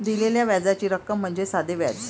दिलेल्या व्याजाची रक्कम म्हणजे साधे व्याज